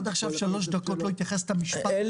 שלוש דקות עד עכשיו ולא התייחסת במשפט אחד לעצם העניין.